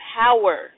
power